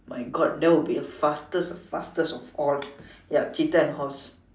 my God that would be the fastest the fastest of all yup cheetah and horse